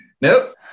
Nope